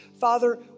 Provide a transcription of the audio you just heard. Father